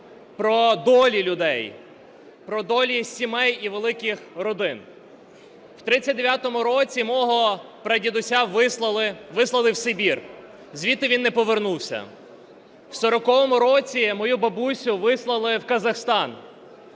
про долі людей, про долі сімей і великих родин. В 39-му році мого прадідуся вислали в Сибір, звідти він не повернувся. В 40-му році мою бабусю вислали в Казахстан,